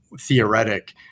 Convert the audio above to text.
theoretic